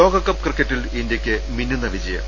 ലോകകപ്പ് ക്രിക്കറ്റിൽ ഇന്ത്യക്ക് മിന്നുന്ന വിജയം